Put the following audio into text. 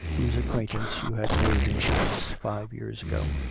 whose acquaintance you had made in paris, five years ago.